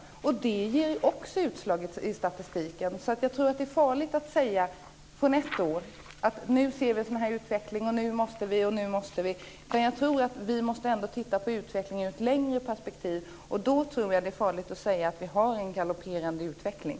Också det ger utslag i statistiken. Jag tror alltså att det är farligt att med ett år som utgångspunkt peka på en utveckling och kräva att åtgärder måste vidtas. Vi måste se på utvecklingen i ett längre perspektiv. Jag tror att det är farligt att nu säga att vi har en galopperande utveckling.